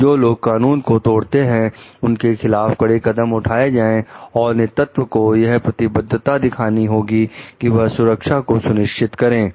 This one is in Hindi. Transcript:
जो लोग कानून को तोड़ते हैं उनके खिलाफ कड़े कदम उठाए जाएं और नेतृत्व को यह प्रतिबद्धता दिखानी होगी कि वह सुरक्षा को सुनिश्चित करेंगे